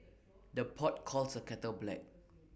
the pot calls the kettle black